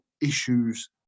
Issues